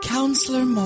Counselor